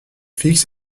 fixe